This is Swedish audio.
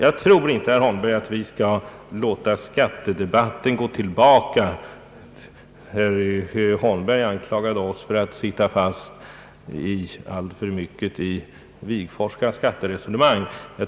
Herr Holmberg anklagade oss i detta sammanhang för att sitta fast alltför mycket i Wigforsska skatteresonemang.